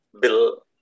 bill